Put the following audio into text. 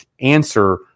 answer